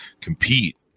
compete